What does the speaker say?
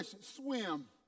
swim